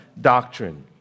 doctrine